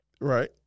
Right